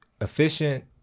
efficient